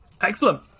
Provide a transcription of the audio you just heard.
Excellent